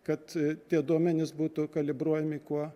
kad tie duomenys būtų kalibruojami kuo